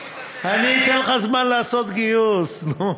אני אתן לך זמן לעשות גיוס, נו.